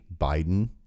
biden